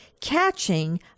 catching